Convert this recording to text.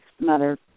mother